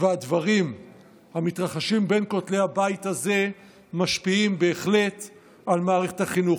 והדברים המתרחשים בין כותלי הבית הזה משפיעים בהחלט על מערכת החינוך.